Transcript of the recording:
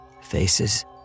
faces